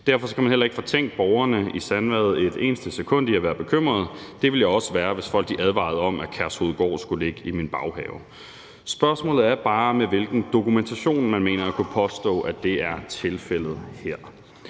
Derfor kan man ikke fortænke borgerne i Sandvad et eneste sekund i at være bekymrede. Det ville jeg også være, hvis folk advarede om, at Kærshovedgård skulle ligge i min baghave. Spørgsmålet er bare, med hvilken dokumentation man mener at kunne påstå, at det er tilfældet her.